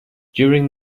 during